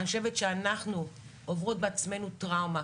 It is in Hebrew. אני חושבת שאנחנו עוברות בעצמנו טראומה,